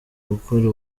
gukora